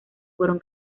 fueron